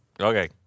Okay